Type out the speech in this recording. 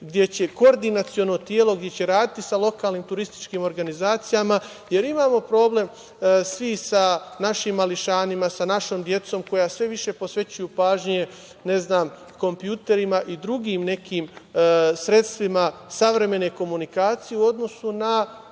gde će koordinaciono telo, gde će raditi sa lokalnim turističkim organizacijama. Imamo problem svi sa našim mališanima, sa našom decom koja sve više posvećuju pažnju, ne znam kompjuterima i drugim nekim sredstvima savremene komunikacije u odnosu na